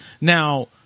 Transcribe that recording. now